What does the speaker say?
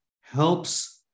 helps